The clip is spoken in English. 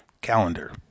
Calendar